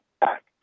back